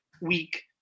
week